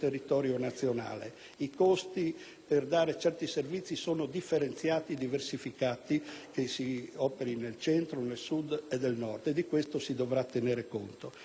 per fornire certi servizi sono differenziati, diversificati a seconda che si operi al Centro, al Sud o al Nord e di questo si dovrà tenere conto. Ma il secondo problema fondamentale,